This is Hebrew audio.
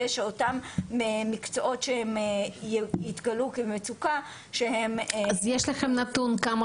שאותם מקצועות שהם יתגלו כמצוקה --- יש לכם נתון כמה